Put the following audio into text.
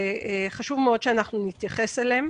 וחשוב מאוד שאנחנו נתייחס אליהם.